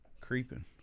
creeping